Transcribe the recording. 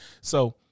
So-